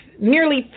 nearly